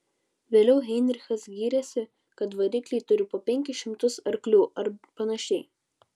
vėliau heinrichas gyrėsi kad varikliai turi po penkis šimtus arklių ar panašiai